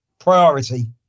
Priority